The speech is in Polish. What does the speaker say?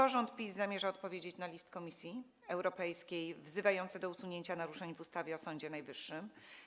Jak rząd PiS zamierza odpowiedzieć na list Komisji Europejskiej wzywający do usunięcia naruszeń w ustawie o Sądzie Najwyższym?